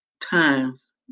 times